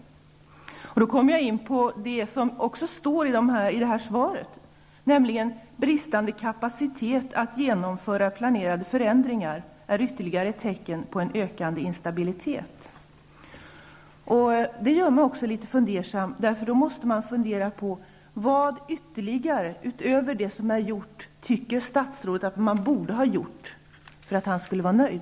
Jag kommer då in på något som också står i svaret, nämligen att ''den bristande kapaciteten att genomföra planerade förändringar är ytterligare tecken på en ökad politisk instabilitet.'' Det gör mig litet fundersam. Vad ytterligare, utöver det som har gjorts, borde man, tycker statsrådet, har gjort för att han skall vara nöjd?